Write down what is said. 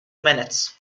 minutes